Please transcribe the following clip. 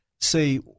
see